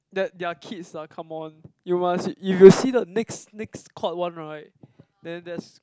that they are kids ah come on you must if you see the next next court [one] right then that's